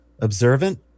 observant